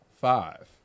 five